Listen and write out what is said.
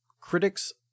Critics